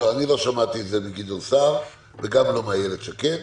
לא שמעתי את זה מגדעון סער וגם לא מאיילת שקד,